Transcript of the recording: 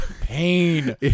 Pain